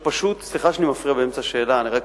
שפשוט, סליחה שאני מפריע באמצע שאלה, אני רק